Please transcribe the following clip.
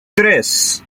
tres